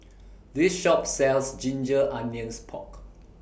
This Shop sells Ginger Onions Pork